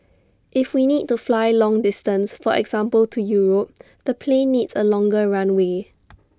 if we need to fly long distance for example to Europe the plane needs A longer runway